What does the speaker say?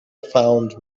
found